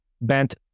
Bent